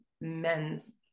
men's